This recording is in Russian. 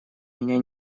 меня